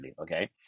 okay